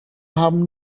haben